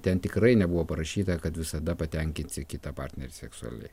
ten tikrai nebuvo parašyta kad visada patenkinsi kitą partnerį seksualiai